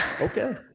Okay